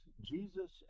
Jesus